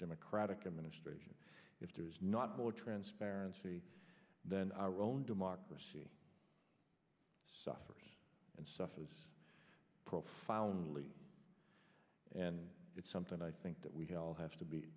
democratic administration if there is not more transparency then our own democracy suffers and stuff is profoundly and it's something i think that we all have to be